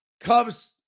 Cubs